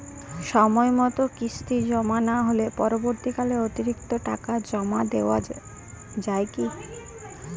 সময় মতো কিস্তি জমা না হলে পরবর্তীকালে অতিরিক্ত টাকা জমা দেওয়া য়ায় কি?